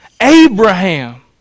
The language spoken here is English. Abraham